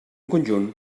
conjunt